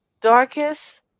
darkest